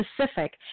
specific